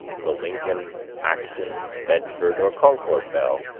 the lincoln, acton, bedford, or concord bell,